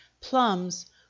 plums